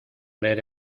leer